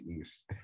East